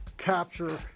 Capture